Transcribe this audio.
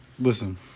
Listen